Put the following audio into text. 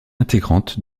intégrante